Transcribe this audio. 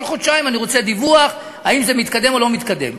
כל חודשיים אני רוצה דיווח אם זה מתקדם או לא מתקדם.